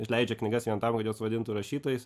išleidžia knygas vien tam kad juos vadintų rašytojais